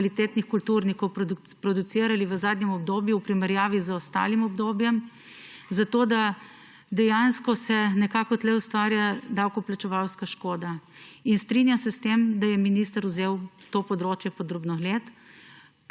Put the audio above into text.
kvalitetnih kulturnikov producirali v zadnjem obdobju v primerjavi s prejšnjim obdobjem, zato dejansko se nekako tukaj ustvarja davkoplačevalska škoda. Strinjam se s tem, da je minister vzel to področje pod drobnogled.